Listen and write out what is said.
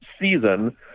season